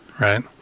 right